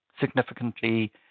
significantly